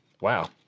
wow